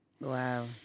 Wow